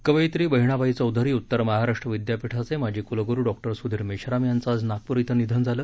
कवयित्री बहिणाबाई चौधरी उत्तर महाराष्ट्र विद्यापीठाचे माजी क्लग्रू डॉ स्धीर मेश्राम यांचं आज नागप्र इथं निधन झालं